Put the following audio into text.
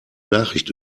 nachricht